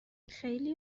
خیلی